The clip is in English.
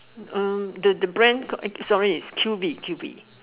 uh the the brand eh sorry it's Q_V Q_V